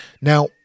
Now